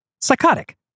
Psychotic